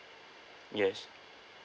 yes